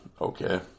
okay